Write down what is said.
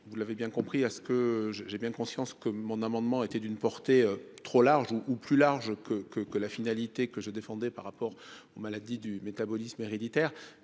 vous l'avez bien compris à ce que j'j'ai bien conscience que mon amendement était d'une portée trop large ou plus large que que que la finalité que je défendais par rapport aux maladies du métabolisme héréditaire,